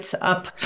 Up